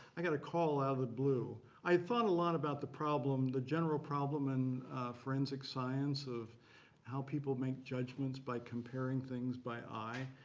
i got a call out of the blue. i thought a lot about the problem, the general problem in forensic science, of how people make judgments by comparing things by eye.